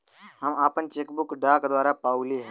हम आपन cheque book डाक द्वारा पउली है